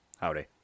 Howdy